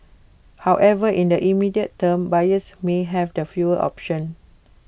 however in the immediate term buyers may have the fewer options